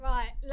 Right